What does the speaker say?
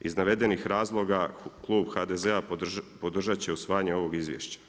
Iz navedenih razloga Klub HDZ-a podržati će usvajanje ovog izvješća.